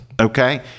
Okay